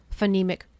phonemic